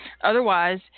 otherwise